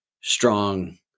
strong